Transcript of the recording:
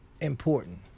important